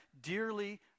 dearly